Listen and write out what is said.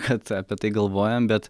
kad apie tai galvojam bet